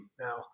Now